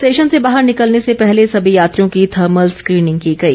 station से बाहर निकलने से पहले सभी यात्रियों की थर्मल स्कीनिंग की गई